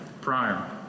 prior